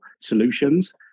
solutions